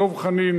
דב חנין,